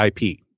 IP